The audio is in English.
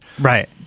Right